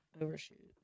overshoot